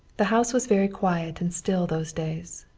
the house was very quiet and still those days.